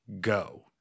go